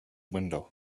window